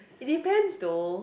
it depends though